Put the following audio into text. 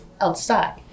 outside